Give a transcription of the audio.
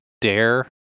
dare